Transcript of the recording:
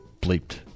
bleeped